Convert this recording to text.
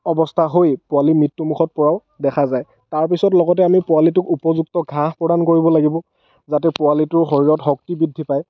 অৱস্থা হৈ পোৱালি মৃত্যু মুখত পৰাও দেখা যায় তাৰ পিছত লগতে আমি পোৱালিটোক উপযুক্ত ঘাঁহ প্ৰদান কৰিব লাগিব যাতে পোৱালিটোৰ শৰীৰত শক্তি বৃদ্ধি পায়